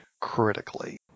critically